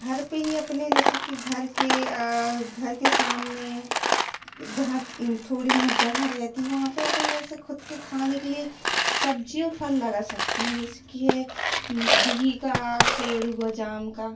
घर पर ही अपने जैसे कि घर के घर के सामने जहाँ थोड़ी बहुत जगह रहती है वहाँ अपन जैसे ख़ुद के खाने के लिए सब्ज़ी और फल लगा सकते हैं जैसेकि है बिहि का पेड़ हुआ जाम का